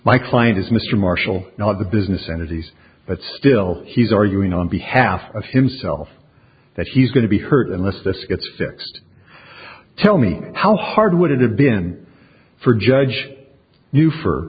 my client is mr marshall not the business entities but still he's arguing on behalf of himself that he's going to be hurt unless this gets sixty tell me how hard would it have been for judge you for